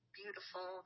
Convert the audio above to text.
beautiful